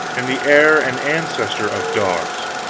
and the heir and ancestor of dogs.